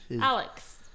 Alex